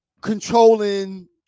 controlling